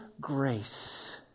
grace